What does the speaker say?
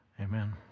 Amen